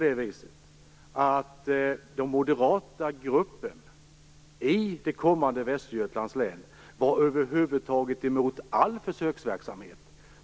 Den moderata gruppen i kommande Västergötlands län var över huvud taget emot all försöksverksamhet.